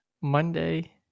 Monday